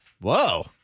Whoa